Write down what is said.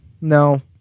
No